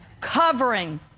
covering